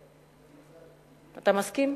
אתה מסכים?